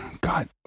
God